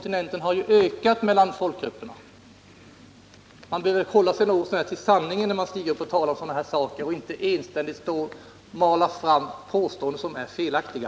Tvärtom har klyftorna mellan folkgrupperna ökat på den latinamerikanska kontinenten. Man bör väl hålla sig något så när till sanningen när man talar om sådana här saker och inte enständigt stå och mala fram påståenden som är felaktiga.